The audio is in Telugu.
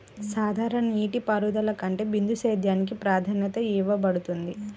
సాధారణ నీటిపారుదల కంటే బిందు సేద్యానికి ప్రాధాన్యత ఇవ్వబడుతుంది